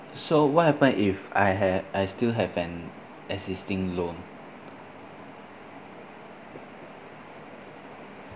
so what happen if I had I still have an existing loan